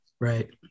Right